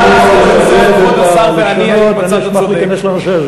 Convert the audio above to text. את גם שיחקת אותי, אם אינני טועה.